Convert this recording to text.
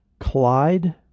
Clyde